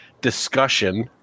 discussion